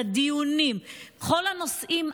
לדיונים בכל הנושאים,